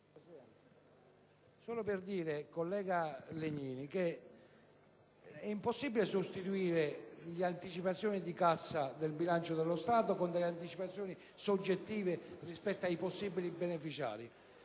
per dire al collega Legnini che è impossibile sostituire le anticipazioni di cassa del bilancio dello Stato con anticipazioni soggettive rispetto ai possibili beneficiari.